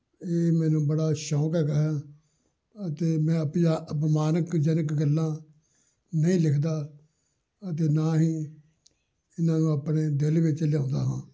ਇਹ ਮੈਨੂੰ ਬੜਾ ਸ਼ੌਕ ਹੈਗਾ ਹੈ ਅਤੇ ਮੈਂ ਅਪਜਾ ਅਪਮਾਨਜਨਕ ਗੱਲਾਂ ਨਹੀਂ ਲਿਖਦਾ ਅਤੇ ਨਾ ਹੀ ਇਹਨਾਂ ਨੂੰ ਆਪਣੇ ਦਿਲ ਵਿੱਚ ਲਿਆਉਂਦਾ ਹਾਂ